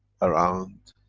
around